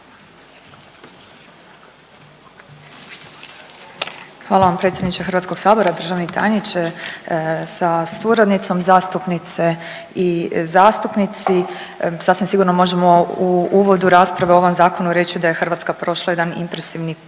Hvala vam predsjedniče HS, državni tajniče sa suradnicom, zastupnice i zastupnici. Sasvim sigurno možemo u uvodu rasprave o ovom zakonu reći da je Hrvatska prošla jedan impresivni put